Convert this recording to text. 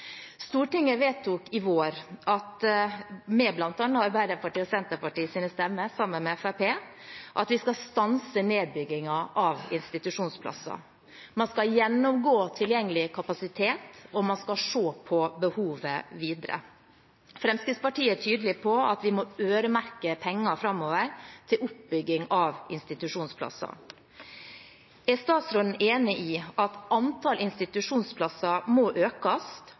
Stortinget vedtok i vår – med bl.a. Arbeiderpartiets og Senterpartiets stemmer, sammen med Fremskrittspartiet – at vi skal stanse nedbyggingen av institusjonsplasser. Man skal gjennomgå tilgjengelig kapasitet, og man skal se på behovet videre. Fremskrittspartiet er tydelig på at vi framover må øremerke penger til oppbygging av institusjonsplasser. Er statsråden enig i at antall institusjonsplasser må økes,